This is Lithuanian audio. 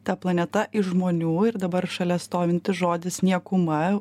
ta planeta iš žmonių ir dabar šalia stovintis žodis niekuma